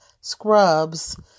scrubs